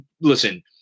Listen